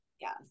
Yes